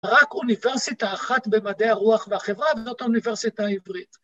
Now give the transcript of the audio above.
רק אוניברסיטה אחת במדעי הרוח והחברה, וזאת האוניברסיטה העברית.